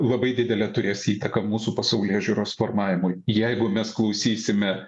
labai didelę turės įtaką mūsų pasaulėžiūros formavimui jeigu mes klausysime